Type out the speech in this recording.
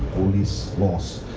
less loss.